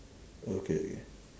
okay K